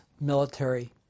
military